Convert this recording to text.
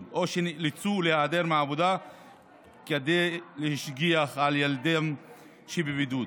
או שנאלצו להיעדר מהעבודה כדי להשגיח על ילדם שבבידוד.